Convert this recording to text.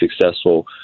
successful